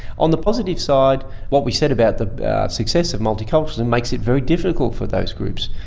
on the positive side, what we said about the success of multiculturalism makes it very difficult for those groups.